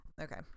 Okay